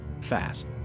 fast